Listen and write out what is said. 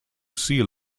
sea